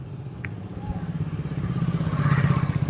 Subsidy ಯಾವ ಗಾಡಿಗೆ ಕೊಡ್ತಾರ?